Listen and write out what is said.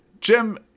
Jim